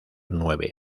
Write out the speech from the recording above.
nueve